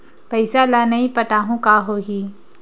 पईसा ल नई पटाहूँ का होही?